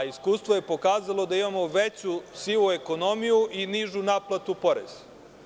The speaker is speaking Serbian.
Iskustvo je pokazalo da imamo veću sivu ekonomiju i nižu naplatu poreza.